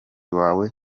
wawe